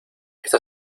está